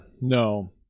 No